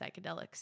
psychedelics